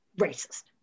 racist